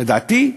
לדעתי,